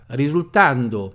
risultando